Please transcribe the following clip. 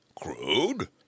crude